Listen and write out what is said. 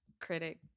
critic